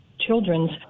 children's